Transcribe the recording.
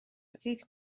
ddydd